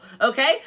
Okay